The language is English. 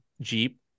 Jeep